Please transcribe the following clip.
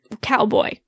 cowboy